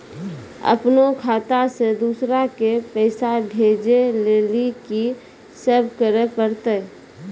अपनो खाता से दूसरा के पैसा भेजै लेली की सब करे परतै?